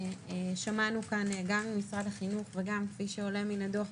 ששמענו גם ממשרד החינוך וגם כפי שעולה מהדוח,